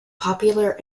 popular